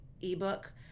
ebook